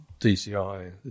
DCI